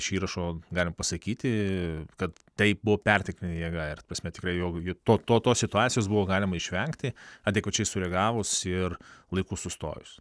iš įrašo galim pasakyti kad tai buvo perteklinė jėga ir ta prasme tikrai jau to tos situacijos buvo galima išvengti adekvačiai sureagavus ir laiku sustojus